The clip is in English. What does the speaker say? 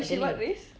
she what race